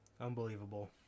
Unbelievable